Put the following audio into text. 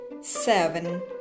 seven